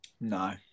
No